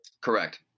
Correct